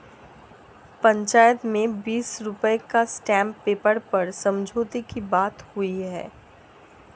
पंचायत में बीस रुपए का स्टांप पेपर पर समझौते की बात हुई है